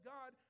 God